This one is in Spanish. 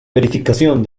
verificación